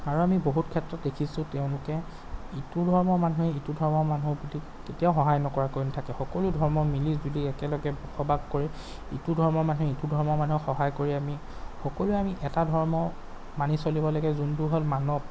আৰু আমি বহুত ক্ষেত্ৰত দেখিছোঁ তেওঁলোকে ইটো ধৰ্মৰ মানুহে ইটো ধৰ্মৰ মানুহৰ প্ৰতি কেতিয়াও সহায় নকৰাকৈ নেথাকে সকলো ধৰ্ম মিলিজুলি একেলগে বসবাস কৰি ইটো ধৰ্মৰ মানুহে ইটো ধৰ্মৰ মানুহক সহায় কৰি আমি সকলোৱে আমি এটা ধৰ্ম মানি চলিব লাগে যোনটো হ'ল মানৱ